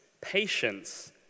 patience